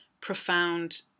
profound